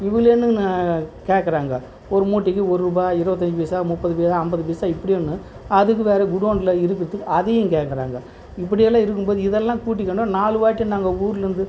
இவ்வுளோன்னு நா கேட்குறாங்க ஒரு மூட்டைக்கு ஒரு ரூபாய் இருபத்தஞ்சி பைசா முப்பது பைசா ஐம்பது பைசா இப்படின்னு அதுக்கு வேறு குடோனில் இருக்கிறத்துக்கு அதையும் கேட்குறாங்க இப்படியெல்லாம் இருக்கும் போது இதெல்லாம் கூட்டிக்கணும் நாலு வாட்டி நாங்கள் ஊரிலேருந்து